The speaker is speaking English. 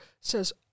says